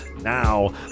Now